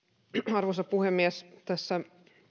arvoisa puhemies tässä